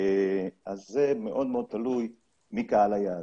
אז זה מאוד מאוד תלוי מי קהל היעד.